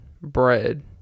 bread